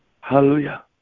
Hallelujah